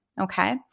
Okay